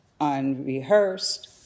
unrehearsed